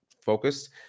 Focused